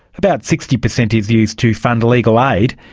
about sixty percent is used to fund legal aid,